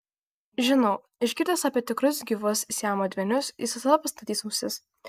žinau išgirdęs apie tikrus gyvus siamo dvynius jis visada pastatys ausis